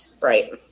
Right